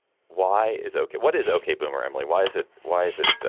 why is okay. what is ok. boomer emily why is it. why is it.